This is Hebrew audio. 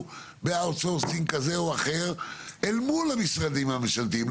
ב-outsourcing כזה או אחר אל מול המשרדים הממשלתיים.